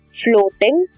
floating